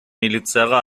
милицияга